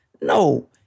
No